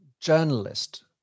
journalist